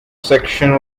section